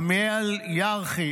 עמיאל ירחי